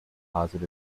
positive